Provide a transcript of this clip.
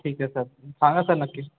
ठीक आहे सर सांगा सर नक्की